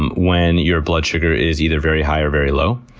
um when your blood sugar is either very high or very low.